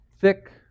thick